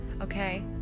okay